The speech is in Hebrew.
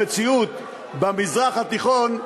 המציאות במזרח התיכון,